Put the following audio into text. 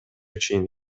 чейин